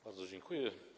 Bardzo dziękuję.